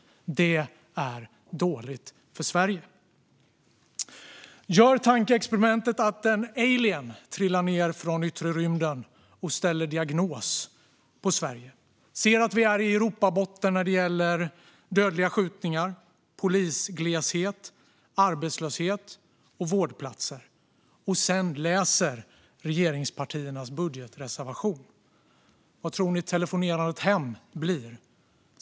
Det är dåligt för Sverige. Gör tankeexperimentet att en alien trillar ned från yttre rymden och ställer diagnos på Sverige. När den ser att vi är i Europabotten när det gäller dödliga skjutningar, antalet poliser, arbetslöshet och vårdplatser och sedan läser regeringspartiernas budgetreservation - vad tror ni sägs i telefonsamtalet hem?